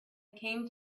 came